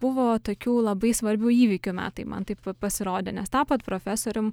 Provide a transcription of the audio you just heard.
buvo tokių labai svarbių įvykių metai man taip pasirodė nes tapot profesorium